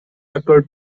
occurred